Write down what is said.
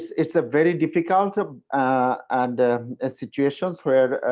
it's a very difficult um ah and a situation so